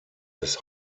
des